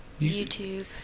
YouTube